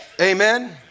Amen